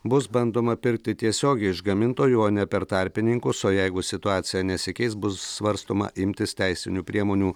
bus bandoma pirkti tiesiogiai iš gamintojų o ne per tarpininkus o jeigu situacija nesikeis bus svarstoma imtis teisinių priemonių